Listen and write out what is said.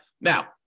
Now